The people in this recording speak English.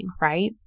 Right